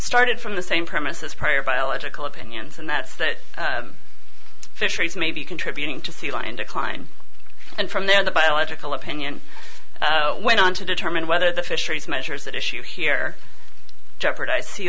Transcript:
started from the same premise as prior biological opinions and that's that fisheries may be contributing to feline decline and from there the biological opinion went on to determine whether the fisheries measures that issue here jeopardize sea